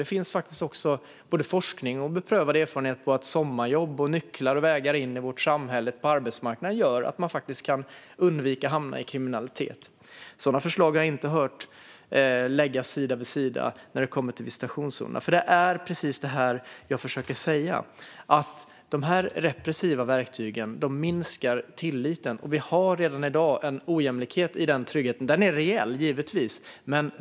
Det finns både forskning och beprövad erfarenhet som visar att sommarjobb och nycklar och vägar in i vårt samhälle och arbetsmarknad gör att människor kan undvika att hamna i kriminalitet. Sådana förslag har jag inte hört läggas sida vid sida med visitationszonerna. Det är precis det jag försöker säga. De repressiva verktygen minskar tilliten. Vi har redan i dag en ojämlikhet i tryggheten. Den är givetvis reell.